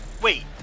Wait